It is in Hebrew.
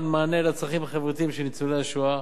מענה לצרכים חברתיים של ניצולי השואה.